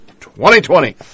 2020